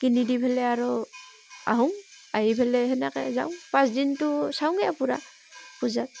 কিনি দি পেলাই আৰু আহোঁ আহি পেলাই সেনেকৈ যাওঁ পাঁচদিনটো চাওঁগৈ আৰু পূৰা পূজা